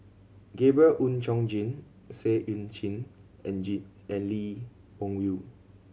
Gabriel Oon Chong Jin Seah Eu Chin and and Lee Wung Yew